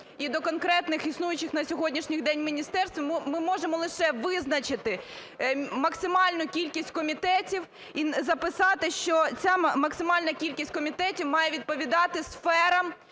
і до конкретних існуючих на сьогоднішній день міністерств. Ми можемо лише визначити максимальну кількість комітетів і записати, що ця максимальна кількість комітетів має відповідати сферам